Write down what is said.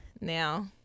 Now